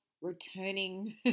returning